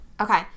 Okay